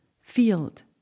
field